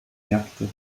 märkte